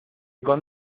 con